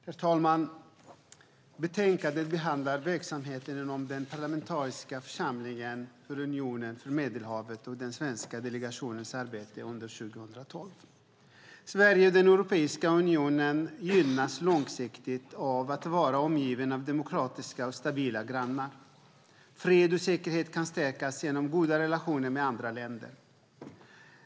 Herr talman! Betänkandet behandlar verksamheten inom den parlamentariska församlingen för Unionen för Medelhavet och den svenska delegationens arbete under 2012. Sverige och Europeiska unionen gynnas långsiktigt av att vara omgivna av demokratiska och stabila grannar. Fred och säkerhet kan stärkas genom goda relationer med andra länder.